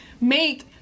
make